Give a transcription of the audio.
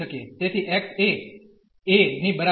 તેથી x એ a ની બરાબર છે